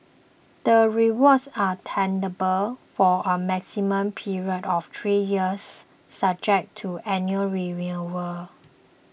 the rewards are tenable for a maximum period of three years subject to annual renewal